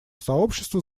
сообществу